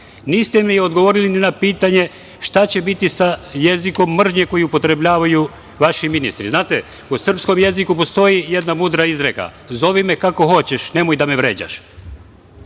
tad. Niste mi odgovorili ni na pitanje šta će biti sa jezikom mržnje koji upotrebljavaju vaši ministri? Znate u srpskom jeziku postoji jedna mudra izreka: "zovi me kako hoćeš, nemoj da me vređaš".